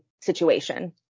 situation